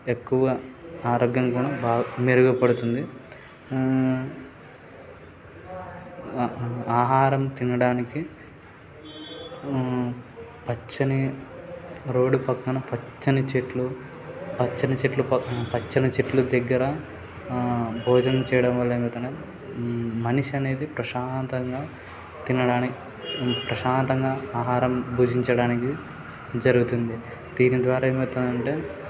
ఎక్కువ ఆరోగ్యం కూడా బాగా మెరుగుపడుతుంది ఆహారం తినడానికి పచ్చని రోడ్డు పక్కన పచ్చని చెట్లు పచ్చని చెట్లు పక్కన పచ్చని చెట్లు దగ్గర భోజనం చేయడం వలన ఏమవుతుందంటే మనిషి అనేది ప్రశాంతంగా తినడానికి ప్రశాంతంగా ఆహారం భుజించడానికి జరుగుతుంది దీని ద్వారా ఏమవుతుందంటే